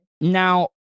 now